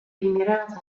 emiraten